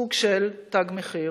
סוג של "תג מחיר".